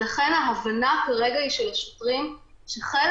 ולכן ההבנה כרגע של השוטרים היא שחלק